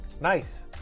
Nice